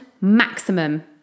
maximum